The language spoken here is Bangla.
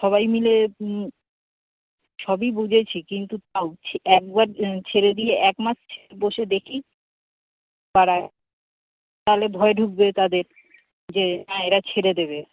সবাই মিলে সবই বুঝেছি কিন্তু তাও একবার ছেড়ে দিয়ে একমাস বসে দেখি তাহলে ভয় ঢুকবে তাদের যে না এরা ছেড়ে দেবে